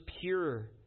pure